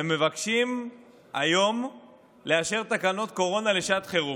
ומבקשים היום לאשר תקנות קורונה לשעת חירום.